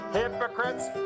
hypocrites